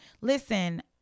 listen